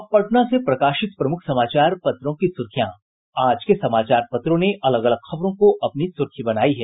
अब पटना से प्रकाशित प्रमुख समाचार पत्रों की सुर्खियां आज के समाचार पत्रों ने अलग अलग खबरों की अपनी सुर्खी बनायी है